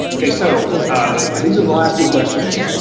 okay, so ah these are the last two questions.